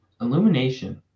Illumination